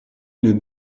une